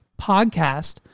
podcast